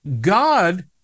God